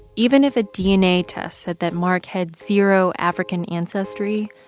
even if a dna test said that mark had zero african ancestry,